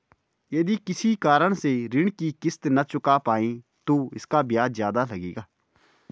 यदि किसी कारण से ऋण की किश्त न चुका पाये तो इसका ब्याज ज़्यादा लगेगा?